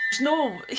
no